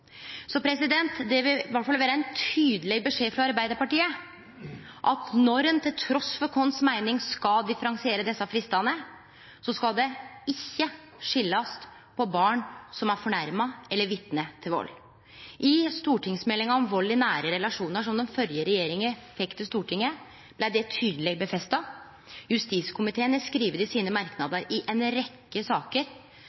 det vil i alle fall vere ein tydeleg beskjed frå Arbeidarpartiet at når ein – trass i vår meining – skal differensiere desse fristane, skal det ikkje skiljast mellom barn som er fornærma, og barn som er vitne til vald. I stortingsmeldinga om vald i nære relasjonar, som den førre regjeringa fekk til Stortinget, blei dette tydeleg slått fast. Justiskomiteen har skrive det i sine merknader